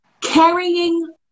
carrying